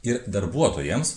ir darbuotojams